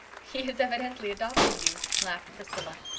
he has evidently adopted you, laughed priscilla.